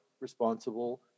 responsible